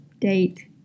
date